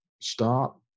Stop